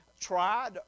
tried